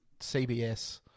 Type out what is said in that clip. CBS